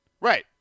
Right